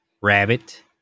rabbit